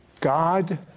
God